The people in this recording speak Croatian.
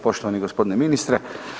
Poštovani g. ministre.